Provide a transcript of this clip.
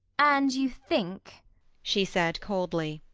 and you think she said coldly,